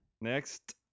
Next